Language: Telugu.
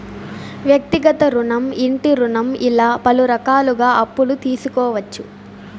వ్యక్తిగత రుణం ఇంటి రుణం ఇలా పలు రకాలుగా అప్పులు తీసుకోవచ్చు